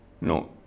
no